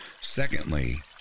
Secondly